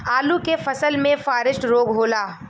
आलू के फसल मे फारेस्ट रोग होला?